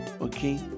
okay